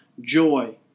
joy